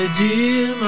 dear